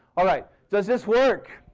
all right. does this work?